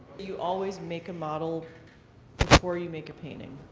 you always make a model before you make a painting?